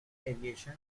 aviation